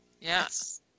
yes